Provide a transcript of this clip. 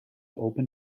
open